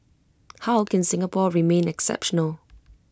how can Singapore remain exceptional